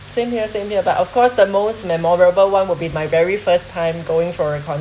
same here same here but of course the most memorable one will be my very first time going for a concert